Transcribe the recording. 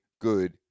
good